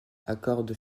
accorde